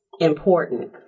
important